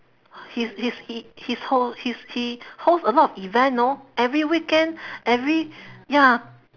his his he his ho~ his he host a lot of event know every weekend every ya